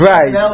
Right